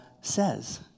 says